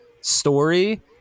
story